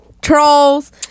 Trolls